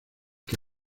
que